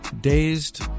dazed